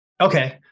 Okay